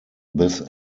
this